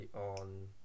on